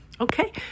Okay